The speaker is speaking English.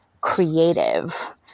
creative